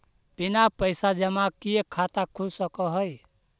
बिना पैसा जमा किए खाता खुल सक है?